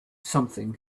something